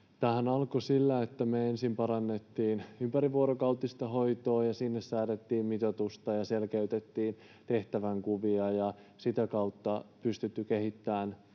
Tämähän alkoi sillä, että me ensin parannettiin ympärivuorokautista hoitoa. Sinne säädettiin mitoitusta ja selkeytettiin tehtävänkuvia, ja sitä kautta on pystytty kehittämään